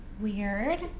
Weird